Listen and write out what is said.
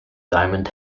diamond